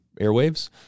airwaves